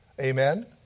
Amen